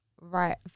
right